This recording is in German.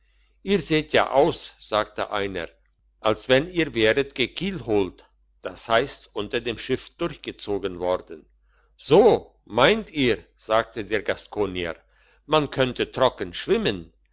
ihr seht ja aus sagte einer als wenn ihr wäret gekielholt das heisst unter dem schiff durchgezogen worden so meint ihr sagte der gaskonier man könne trocken schwimmen